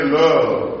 love